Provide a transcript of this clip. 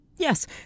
Yes